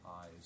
eyes